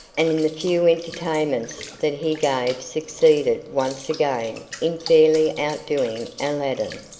and in the few entertainments that he gave succeeded once again in fairly outdoing aladdin.